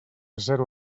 zero